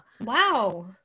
Wow